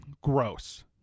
gross